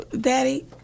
Daddy